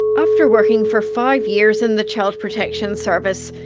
after working for five years in the child protection service,